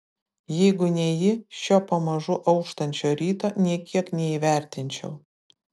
jeigu ne ji šio pamažu auštančio ryto nė kiek neįvertinčiau